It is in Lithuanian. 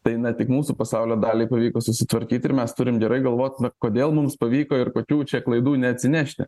tai ne tik mūsų pasaulio daliai pavyko susitvarkyt ir mes turim gerai galvot kodėl mums pavyko ir kokių čia klaidų neatsinešti